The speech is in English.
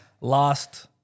last